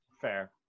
Fair